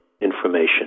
information